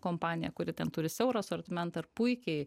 kompanija kuri ten turi siaurą asortimentą ir puikiai